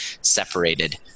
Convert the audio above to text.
separated